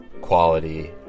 quality